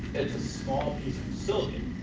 it's a small piece of silicon,